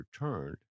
returned